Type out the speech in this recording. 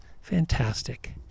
Fantastic